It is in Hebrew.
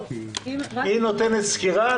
היא נותנת סקירה.